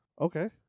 Okay